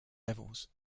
levels